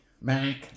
Mac